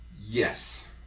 Yes